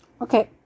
Okay